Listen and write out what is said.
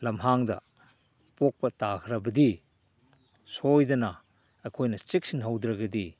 ꯂꯝꯍꯥꯡꯗ ꯄꯣꯛꯄ ꯇꯥꯈ꯭ꯔꯕꯗꯤ ꯁꯣꯏꯗꯅ ꯑꯩꯈꯣꯏꯅ ꯆꯦꯛꯁꯤꯟꯍꯧꯗ꯭ꯔꯒꯗꯤ